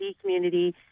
community